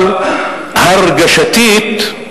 אבל הרגשתית,